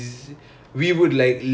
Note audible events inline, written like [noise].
[laughs]